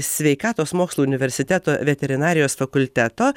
sveikatos mokslų universiteto veterinarijos fakulteto